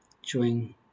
showing